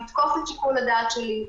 לתקוף את שיקול הדעת שלי,